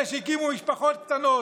אלה שהקימו משפחות קטנות,